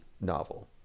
novel